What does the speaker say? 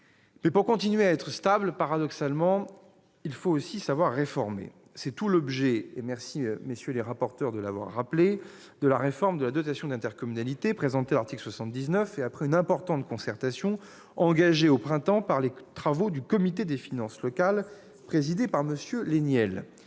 Pour continuer à assurer la stabilité, paradoxalement, il faut aussi savoir réformer. C'est tout l'objet- je vous remercie, messieurs les rapporteurs, de l'avoir rappelé -de la réforme de la dotation d'intercommunalité présentée à l'article 79, après une importante concertation engagée au printemps les travaux du comité des finances locales présidé par M. Laignel.